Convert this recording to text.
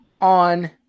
on